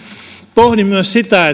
pohdin myös sitä